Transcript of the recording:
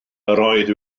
oedd